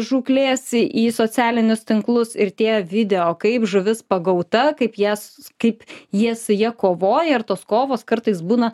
žūklės į socialinius tinklus ir tie video kaip žuvis pagauta kaip jas kaip jie su ja kovoja ir tos kovos kartais būna